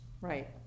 Right